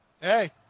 Hey